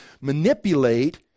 manipulate